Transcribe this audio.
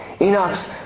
Enoch's